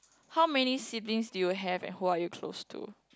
how many siblings do you have and who are you close to